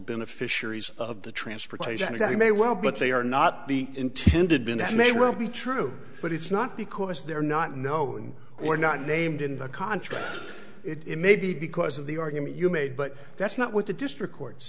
beneficiaries of the transportation of that you may well but they are not the intended been and may well be true but it's not because they're not knowing or not named in the contract it may be because of the argument you made but that's not what the district courts